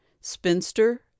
spinster